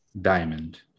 diamond